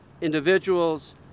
individuals